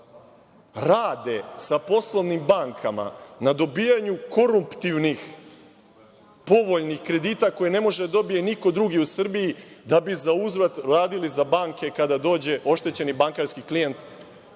rade sa poslovnim bankama na dobijanju koruptivnih povoljnih kredita, koji ne može da dobije niko drugi u Srbiji, da bi za uzvrat radili za banke kada dođe oštećeni bankarski klijent